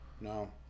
No